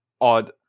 odd